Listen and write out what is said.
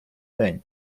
день